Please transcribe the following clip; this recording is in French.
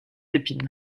épines